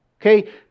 Okay